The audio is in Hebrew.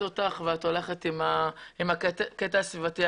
אותך ואת הולכת עד הסוף עם הקטע הסביבתי.